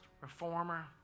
reformer